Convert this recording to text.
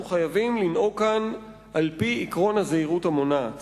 אנחנו חייבים לנהוג כאן על-פי עקרון הזהירות המונעת